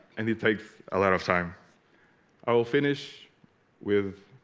and it takes a lot of time i will finish with